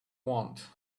want